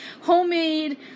homemade